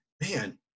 man